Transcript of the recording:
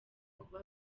kuba